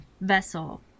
vessel